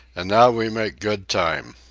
an' now we make good time.